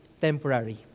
temporary